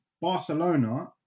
Barcelona